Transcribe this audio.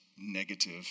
negative